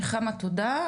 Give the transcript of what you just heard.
נחמה, תודה.